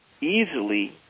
easily